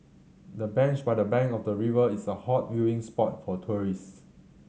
the bench by the bank of the river is a hot viewing spot for tourists